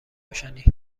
روشنی